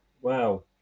Wow